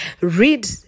read